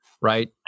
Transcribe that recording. right